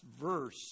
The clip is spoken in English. verse